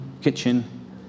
kitchen